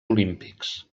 olímpics